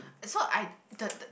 so I the